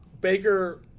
Baker